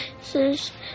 says